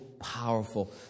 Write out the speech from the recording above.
Powerful